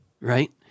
right